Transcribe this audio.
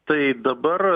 tai dabar